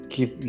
Keep